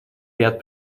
ряд